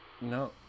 No